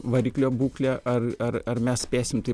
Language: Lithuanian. variklio būklę ar ar ar mes spėsim tai